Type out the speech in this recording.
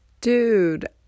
Dude